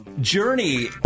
Journey